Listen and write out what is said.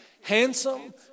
Handsome